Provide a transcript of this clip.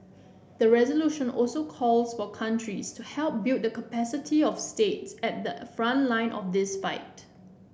the resolution also calls for countries to help build the capacity of states at the front line of this fight